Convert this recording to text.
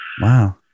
wow